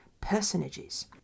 personages